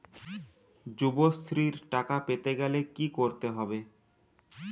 যুবশ্রীর টাকা পেতে গেলে কি করতে হবে?